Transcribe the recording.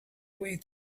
way